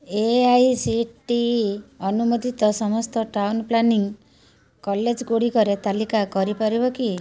A I C T E ଅନୁମୋଦିତ ସମସ୍ତ town planning କଲେଜ୍ଗୁଡ଼ିକର ତାଲିକା କରିପାରିବ କି